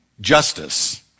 justice